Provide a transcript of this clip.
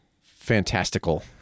fantastical